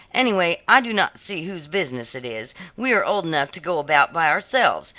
anyway, i do not see whose business it is. we are old enough to go about by ourselves,